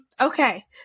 Okay